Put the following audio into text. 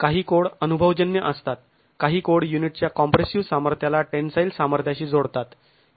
काही कोड अनुभवजन्य असतात काही कोड युनिटच्या कॉम्प्रेसिव सामर्थ्याला टेन्साईल सामर्थ्याशी जोडतात